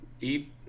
eat